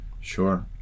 Sure